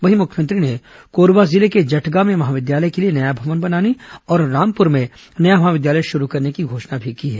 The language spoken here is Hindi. वहीं मुख्यमंत्री ने कोरबा जिले के जटगा में महाविद्यालय के लिए नया भवन बनाने और रामपुर में नया महाविद्यालय शुरू करने की घोषणा की है